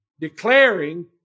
declaring